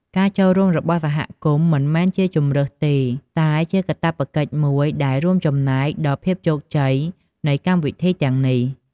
ការចូលរួមរបស់សហគមន៍មិនមែនជាជម្រើសទេ តែជាកាតព្វកិច្ចមួយដែលរួមចំណែកដល់ភាពជោគជ័យនៃកម្មវិធីទាំងនេះ។